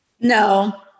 no